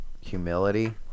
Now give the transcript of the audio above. Humility